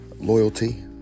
Loyalty